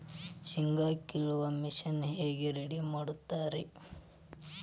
ಶೇಂಗಾ ಕೇಳುವ ಮಿಷನ್ ಹೆಂಗ್ ರೆಡಿ ಮಾಡತಾರ ರಿ?